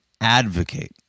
advocate